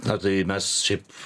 na tai mes šiaip